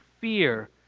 fear